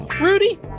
Rudy